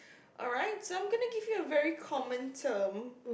alright so I'm gonna give you a very common term